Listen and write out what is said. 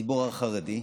לציבור החרדי,